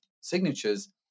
signatures